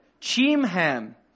Chimham